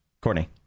Courtney